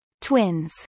Twins